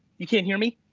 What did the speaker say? you can't hear me?